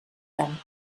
tant